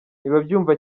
ntibabyumva